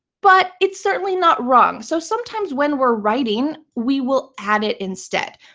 but it's certainly not wrong. so sometimes when we're writing, we will add it instead.